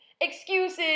excuses